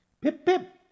Pip-pip